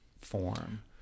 form